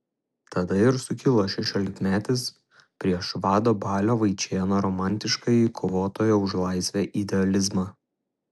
tada ir sukilo šešiolikmetis prieš vado balio vaičėno romantiškąjį kovotojo už laisvę idealizmą